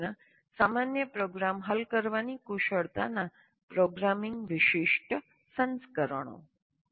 વ્યૂહરચના સામાન્ય પ્રોગ્રામ હલ કરવાની કુશળતાના પ્રોગ્રામિંગ વિશિષ્ટ સંસ્કરણો